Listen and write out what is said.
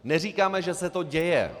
Neříkáme, že se to děje.